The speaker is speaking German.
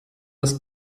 das